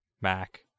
Mac